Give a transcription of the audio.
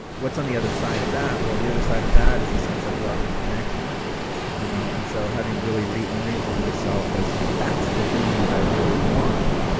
what's on the other side of that? well, the other side of that is the sense of love and connection you know and so, having really re-oriented myself as yeah that's the thing that i really want,